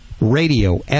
RADIO